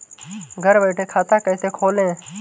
घर बैठे खाता कैसे खोलें?